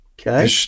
Okay